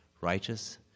righteous